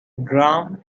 drum